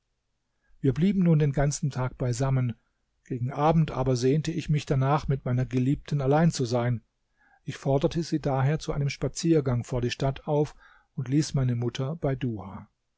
wir blieben nun den ganzen tag beisammen gegen abend aber sehnte ich mich danach mit meiner geliebten allein zu sein ich forderte sie daher zu einem spaziergang vor die stadt auf und ließ meine mutter bei duha